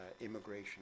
immigration